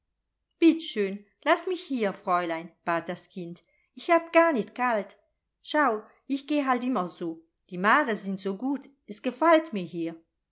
bitt schön laß mich hier fräulein bat das kind ich hab gar nit kalt schau ich geh halt immer so die madel sind so gut es gefallt mir hier